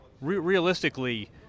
realistically